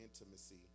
intimacy